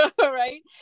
Right